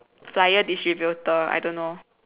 flyer distributer I don't know